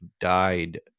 died